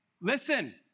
listen